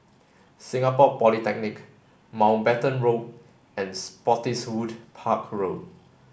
Singapore Polytechnic Mountbatten Road and Spottiswoode Park Road